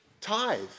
tithe